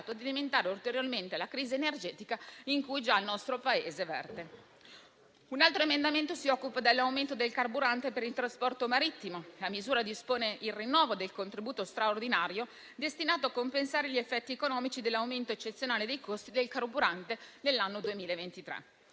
di aggravare ulteriormente la crisi energetica in cui già versa il nostro Paese. Un altro emendamento si occupa dell'aumento del costo del carburante per il trasporto marittimo. La misura dispone il rinnovo del contributo straordinario destinato a compensare gli effetti economici dell'aumento eccezionale dei costi del carburante nell'anno 2023.